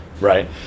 right